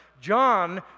John